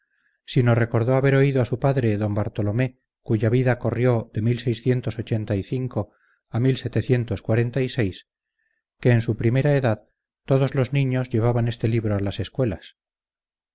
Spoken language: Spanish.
obregón sino recordó haber oído a su padre d bartolomé cuya vida corrió de a que en su primera edad todos los niños llevaban este libro a las escuelas